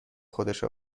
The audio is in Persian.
خودش